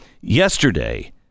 Yesterday